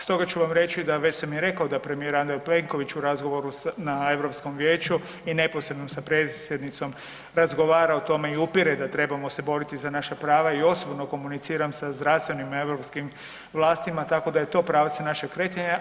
Stoga ću vam reći da, već sam i rekao da je premijer Andrej Plenković u razgovoru na Europskom vijeću i neposredno sa predsjednicom razgovarao o tome i upire da trebamo se boriti za naša prava i osobno komuniciram sa zdravstvenim europskim vlastima, tako da je to pravac našeg kretanja.